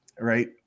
right